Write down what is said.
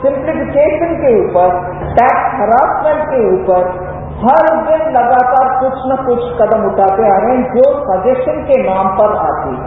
simplification के ऊपर tax harassment के ऊपर हर दिन लगातार कुछ न कुछ कदम उठाते आ रहे हैं जो सजेशन के नाम पर आते हैं